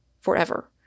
forever